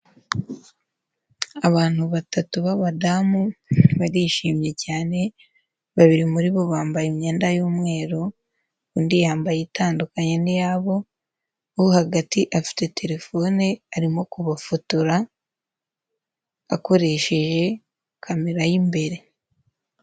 Abantu batatu b'abadamu barishimye cyane, babiri muri bo bambaye imyenda y'umweru, undi yambaye itandukanye n'iyabo, uwo hagati afite terefone arimo kubafotora akoresheje kamera y'imbere.